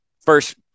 First